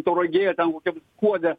tauragė ten kokiam skuode